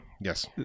Yes